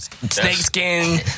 Snakeskin